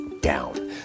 down